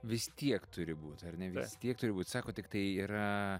vis tiek turi būt ar ne vis tiek turi būt sako tiktai yra